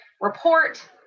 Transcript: report